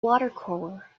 watercolor